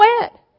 wet